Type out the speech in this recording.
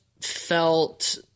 felt